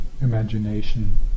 imagination